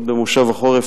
עוד במושב החורף,